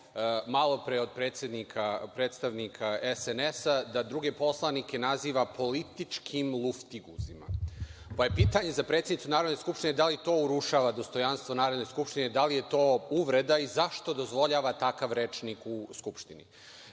malopre od predstavnika SNS da druge poslanike naziva političkim luftiguzima. Pa, je pitanje za predsednicu Narodne skupštine da li to urušava dostojanstvo Narodne skupštine? Da li je to uvreda? Zašto dozvoljava takav rečnik u Skupštini?